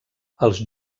els